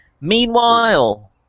Meanwhile